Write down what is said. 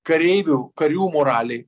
kareivių karių moralei